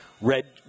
red